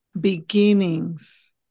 beginnings